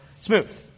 smooth